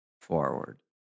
forward